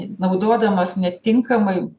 naudodamas netinkamai